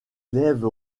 glaive